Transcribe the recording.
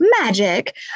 magic